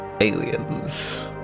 aliens